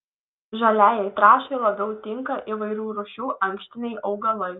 žaliajai trąšai labiau tinka įvairių rūšių ankštiniai augalai